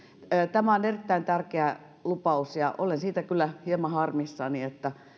tämä on erittäin tärkeä lupaus ja olen kyllä hieman harmissani